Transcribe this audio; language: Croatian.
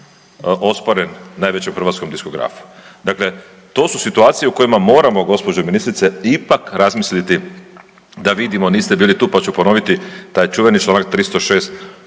osporen najvećeg hrvatskom diskografu. Dakle, to su situacije o kojima moramo gđo. ministrice ipak razmisliti da vidimo, niste bili tu pa ću ponoviti, taj čuveni čl. 306,